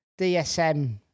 DSM